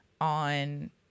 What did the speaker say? on